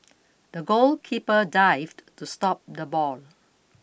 the goalkeeper dived to stop the ball